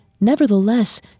Nevertheless